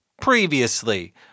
previously